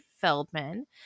Feldman